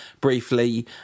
briefly